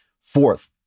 Fourth